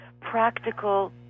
practical